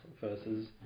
versus